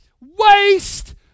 waste